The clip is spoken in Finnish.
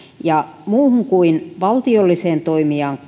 ja muuhun kuin valtiolliseen toimijaan